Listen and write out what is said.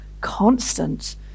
constant